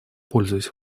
пользуясь